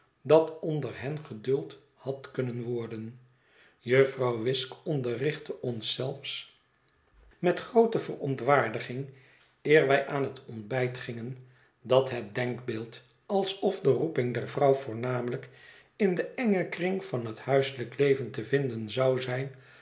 dat onder hen geduld had kunnen worden jufvrouw wisk onderrichtte ons zelfs met groote verontwaardiging eer wij aan het ontbijt gingen dat het denkbeeld alsof de roeping der vrouw voornamelijk in den engen kring van het huiselijk leven te vinden zou zijn